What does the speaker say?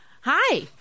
Hi